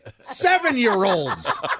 seven-year-olds